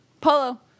polo